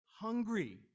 hungry